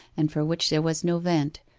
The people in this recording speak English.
and for which there was no vent,